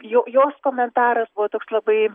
jo jos komentaras buvo toks labai